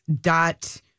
dot